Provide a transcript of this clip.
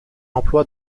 emploi